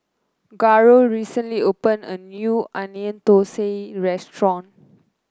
Garold recently opened a new Onion Thosai Restaurant